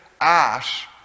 ash